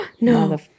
No